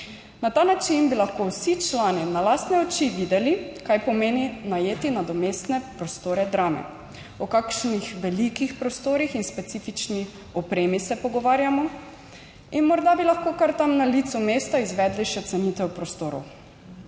Na ta način bi lahko vsi člani na lastne oči videli, kaj pomeni najeti nadomestne prostore Drame, o kakšnih velikih prostorih in specifični opremi se pogovarjamo in morda bi lahko kar tam, na licu mesta, izvedli še cenitev prostorov.